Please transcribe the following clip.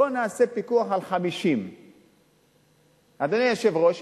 בואו נעשה פיקוח על 50. אדוני היושב-ראש,